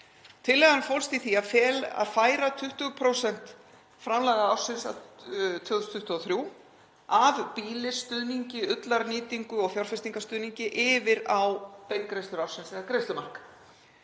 Tillagan fólst í því að færa 20% framlaga ársins 2023 af býlisstuðningi, ullarnýtingu og fjárfestingarstuðningi yfir á beingreiðslur ársins eða greiðslumark.